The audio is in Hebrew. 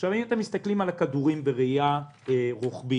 אם אתם מסתכלים על הכדורים בראייה רוחבית